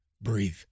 Breathe